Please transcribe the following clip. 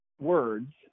words